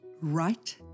Right